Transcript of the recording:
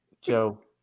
Joe